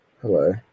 Hello